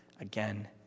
again